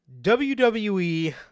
WWE